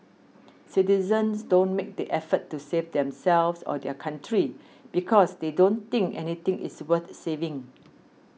citizens don't make the effort to save themselves or their country because they don't think anything is worth saving